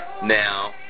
Now